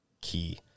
key